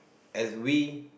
as we